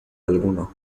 alguno